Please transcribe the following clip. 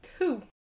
two